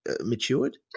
matured